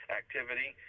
activity